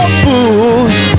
fools